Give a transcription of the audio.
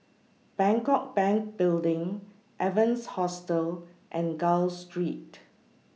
Bangkok Bank Building Evans Hostel and Gul Street